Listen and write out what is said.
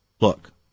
Look